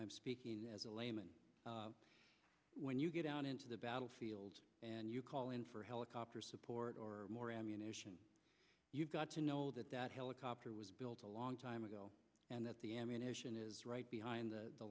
i'm speaking as a layman when you get out into the battlefield and you call in for helicopter support or more ammunition you've got to know that that helicopter was built a long time ago and that the ammunition is right behind the